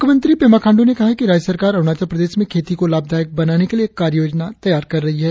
मुख्यमंत्री पेमा खांड्र ने कहा है कि राज्य सरकार अरुणाचल प्रदेश में खेती को लाभदायक बनाने के लिए एक कार्ययोजना तैयार कर रही है